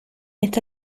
esta